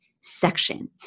section